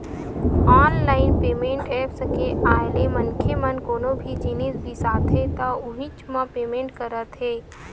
online payment apps के आए ले मनखे मन कोनो भी जिनिस बिसाथे त उहींच म पेमेंट करत हे